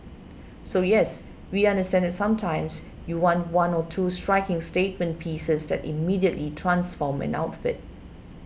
so yes we understand that sometimes you want one or two striking statement pieces that immediately transform an outfit